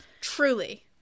Truly